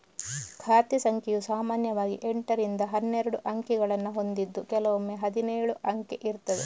ಖಾತೆ ಸಂಖ್ಯೆಯು ಸಾಮಾನ್ಯವಾಗಿ ಎಂಟರಿಂದ ಹನ್ನೆರಡು ಅಂಕಿಗಳನ್ನ ಹೊಂದಿದ್ದು ಕೆಲವೊಮ್ಮೆ ಹದಿನೇಳು ಅಂಕೆ ಇರ್ತದೆ